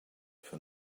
for